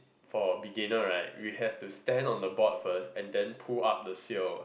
for beginner right we have to stand on the board first and then pull up the seal